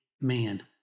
man